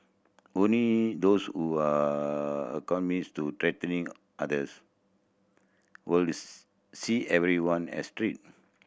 only those who are to threatening others will see everyone as treat